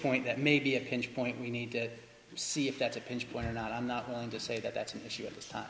point that maybe a pinch point we need to see if that's a pension plan not i'm not willing to say that that